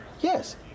Yes